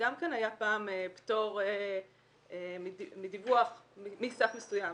גם כן היה פעם פטור מדיווח מסף מסוים,